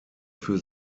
für